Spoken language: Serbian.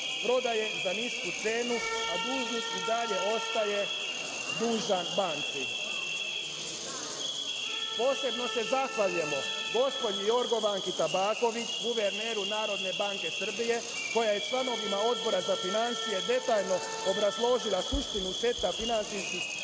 prodaje za nisku cenu, a dužnik i dalje ostaje dužan banci. Posebno se zahvaljujemo gospođi Jorgovanki Tabaković, guverneru NBS, koja je članovima Odbora za finansije detaljno obrazložila suštinu seta finansijskih